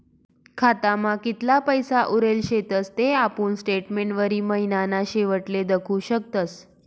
खातामा कितला पैसा उरेल शेतस ते आपुन स्टेटमेंटवरी महिनाना शेवटले दखु शकतस